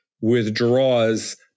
withdraws